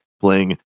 playing